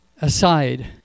aside